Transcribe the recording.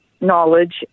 knowledge